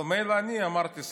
אבל מילא אני אמרתי,